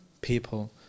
people